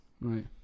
Right